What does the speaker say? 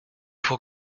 faut